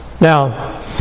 Now